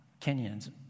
Kenyans